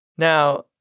Now